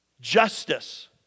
justice